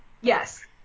Yes